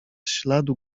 śladu